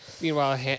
Meanwhile